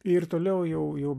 ir toliau jau jau